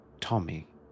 Tommy